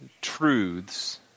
truths